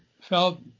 felt